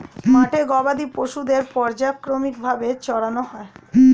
মাঠে গবাদি পশুদের পর্যায়ক্রমিক ভাবে চরানো হয়